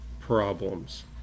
problems